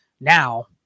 Now